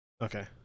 Okay